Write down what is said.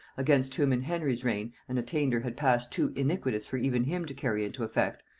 against whom, in henry's reign, an attainder had passed too iniquitous for even him to carry into effect,